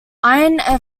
iron